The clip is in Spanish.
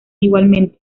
igualmente